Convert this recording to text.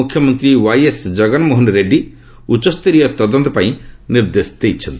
ମୁଖ୍ୟମନ୍ତ୍ରୀ ୱାଇଏସ୍ ଜଗନ୍ମୋହନ ରେଡ୍ଜୀ ଉଚ୍ଚସ୍ତରୀୟ ତଦନ୍ତ ନିର୍ଦ୍ଦେଶ ଦେଇଛନ୍ତି